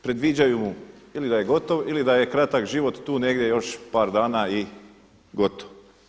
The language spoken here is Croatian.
Predviđaju mu ili da je gotov ili da je kratak život tu negdje još par dana i gotovo.